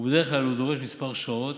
ובדרך כלל הוא דורש מספר שעות,